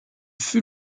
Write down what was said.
fut